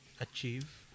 achieve